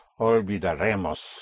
olvidaremos